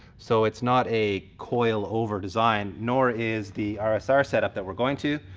so it's not a coilover design, nor is the ah rs-r ah so rs-r setup that we're going to.